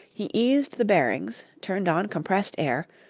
he eased the bearings, turned on compressed air,